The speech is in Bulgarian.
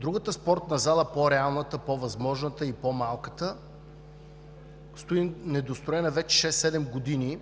Другата спортна зала – по-реалната, по-възможната и по-малката, стои недостроена вече шест-седем години.